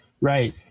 Right